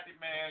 man